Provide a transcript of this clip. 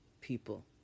people